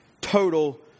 Total